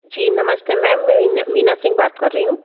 जी नमस्ते मैम मैं मीना सिंह बात कर रही हूँ